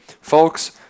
folks